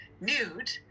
nude